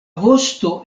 vosto